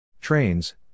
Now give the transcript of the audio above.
Trains